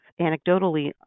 anecdotally